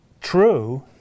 true